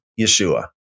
Yeshua